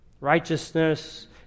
Righteousness